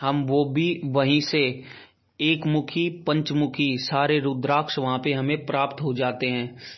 हम वह भी वहीं से एकमुखी पंचमुखी सारे रुद्राक्ष वहाँ पर हमें प्राप्त हो जाते हैं